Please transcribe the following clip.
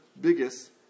biggest